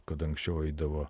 kad anksčiau eidavo